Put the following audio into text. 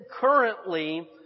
currently